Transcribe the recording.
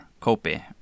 copy